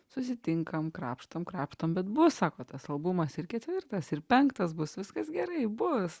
susitinkam krapštom krapštom bet bus sako tas albumas ir ketvirtas ir penktas bus viskas gerai bus